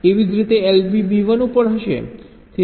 એવી જ રીતે LB B 1 ઉપર હશે